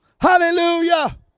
hallelujah